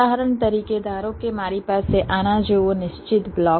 ઉદાહરણ તરીકે ધારો કે મારી પાસે આના જેવો નિશ્ચિત બ્લોક છે